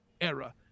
era